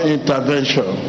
intervention